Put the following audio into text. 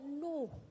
No